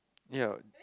ya